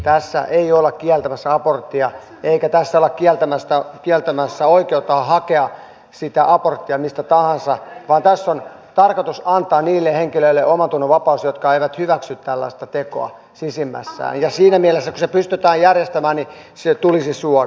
tässä ei olla kieltämässä aborttia eikä tässä olla kieltämässä oikeutta hakea sitä aborttia mistä tahansa vaan tässä on tarkoitus antaa niille henkilöille omantunnonvapaus jotka eivät hyväksy tällaista tekoa sisimmässään ja siinä mielessä kun se pystytään järjestämään se tulisi suoda